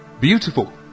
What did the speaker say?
Beautiful